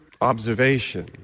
observation